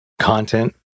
content